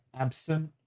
absent